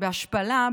בהשפלה,